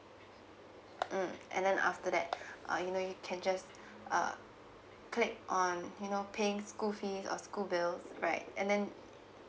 mm and then after that uh you know you can just uh click on you know paying school fees or school bill right and then